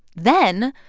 then,